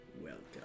Welcome